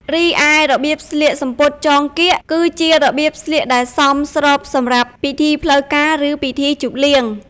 រីឯរបៀបស្លៀក សំពត់ចងកៀក គឺជារបៀបស្លៀកដែលសមស្របសម្រាប់ពិធីផ្លូវការឬពិធីជប់លៀង។